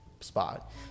spot